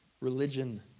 religion